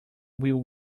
will